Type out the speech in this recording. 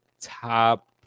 top